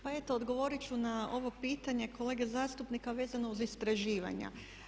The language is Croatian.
Pa eto odgovorit ću na ovo pitanje, kolega zastupnika vezano za istraživanja.